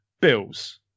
bills